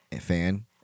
fan